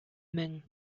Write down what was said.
мең